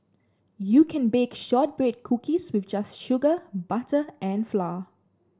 you can bake shortbread cookies with just sugar butter and flour